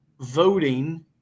voting